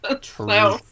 True